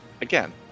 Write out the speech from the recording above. Again